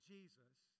Jesus